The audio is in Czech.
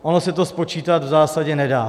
Ono se to spočítat v zásadě nedá.